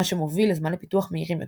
מה שמוביל לזמני פיתוח מהירים יותר.